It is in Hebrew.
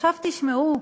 עכשיו תשמעו,